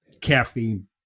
caffeine